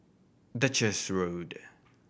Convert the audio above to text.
Duchess Road